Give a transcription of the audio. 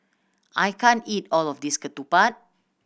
I can't eat all of this Ketupat